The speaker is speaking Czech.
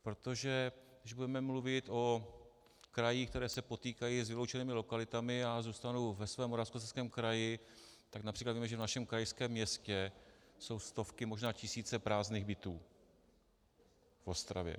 Protože když budeme mluvit o krajích, které se potýkají s vyloučenými lokalitami já zůstanu ve svém Moravskoslezském kraji, tak např. vím, že v našem krajském městě jsou stovky, možná tisíce prázdných bytů v Ostravě.